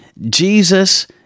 Jesus